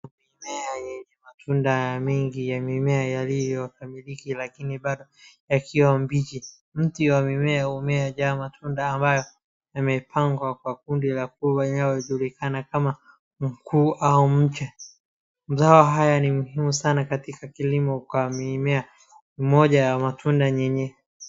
Mimea yenye matunda mingi ya mimea yaliyokamilika lakini bado yakiwa mabichi, mti wa mimea humea huzaa matunda ambayo yamepangwa kwa kundi la kuu linalojulikana kama mkungu au mche, mazao haya ni muhimu sana katika kilimo kwa mimea, moja ya matunda yenye.